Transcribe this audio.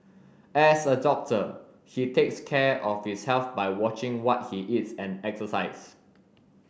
as a doctor he takes care of his health by watching what he eats and exercise